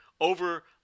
over